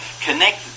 Connect